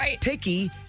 picky